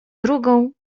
drugą